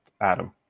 Adam